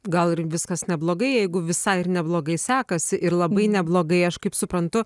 gal ir viskas neblogai jeigu visai ir neblogai sekasi ir labai neblogai aš kaip suprantu